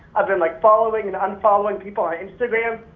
i've been like following and unfollowing people on instagram.